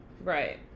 Right